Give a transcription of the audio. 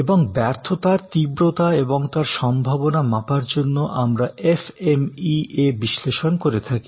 এবং ব্যর্থতার তীব্রতা এবং তার সম্ভাবনা মাপার জন্য আমরা FMEA বিশ্লেষণ করে থাকি